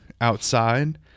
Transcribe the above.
outside